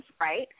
right